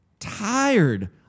tired